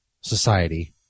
Society